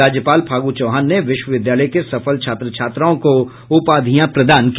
राज्यपाल फागू चौहान ने विश्वविद्यालय के सफल छात्र छात्राओं को उपाधियां प्रदान की